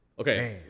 Okay